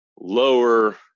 lower